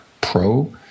Pro